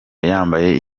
yambaye